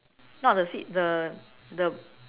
not the seat the the